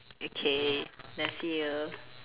okay then see you